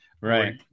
right